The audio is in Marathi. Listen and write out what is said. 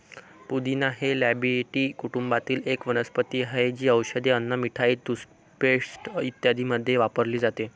पुदिना हे लॅबिएटी कुटुंबातील एक वनस्पती आहे, जी औषधे, अन्न, मिठाई, टूथपेस्ट इत्यादींमध्ये वापरली जाते